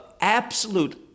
absolute